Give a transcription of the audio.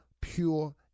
pure